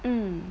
mm